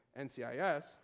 NCIS